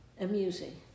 amusing